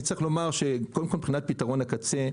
מבחינת פתרון הקצה,